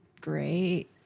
great